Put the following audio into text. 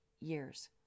years